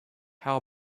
how